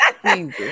please